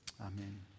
Amen